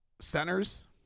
Centers